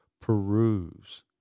peruse